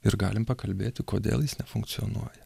ir galim pakalbėti kodėl jis nefunkcionuoja